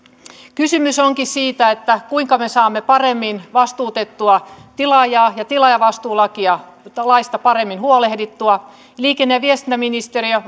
kysymys onkin siitä kuinka me saamme paremmin vastuutettua tilaajaa ja tilaajavastuulaista paremmin huolehdittua liikenne ja viestintäministeriö